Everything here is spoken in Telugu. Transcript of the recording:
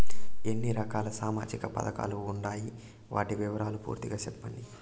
ఎన్ని రకాల సామాజిక పథకాలు ఉండాయి? వాటి వివరాలు పూర్తిగా సెప్పండి?